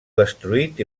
destruït